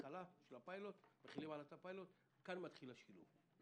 בהתחלת הפיילוט כאן מתחיל השילוב.